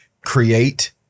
create